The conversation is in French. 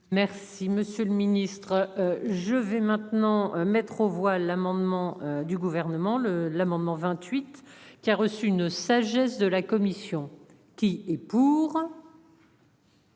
Merci, monsieur le Ministre, je vais maintenant mettre aux voix l'amendement du gouvernement le l'amendement 20. Suite qui a reçu une sagesse de la commission qui est pour.